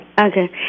Okay